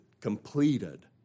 completed